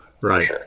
Right